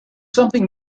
something